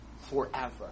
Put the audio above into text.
forever